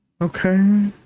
Okay